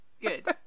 Good